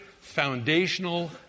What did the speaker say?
foundational